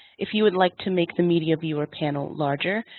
if you would like to make the media viewer panel larger,